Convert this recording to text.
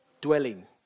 Dwelling